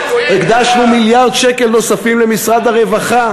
הקדשנו מיליארד שקל נוספים למשרד הרווחה,